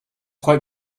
quite